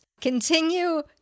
continue